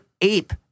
ape